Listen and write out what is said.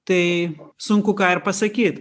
tai sunku ką ir pasakyt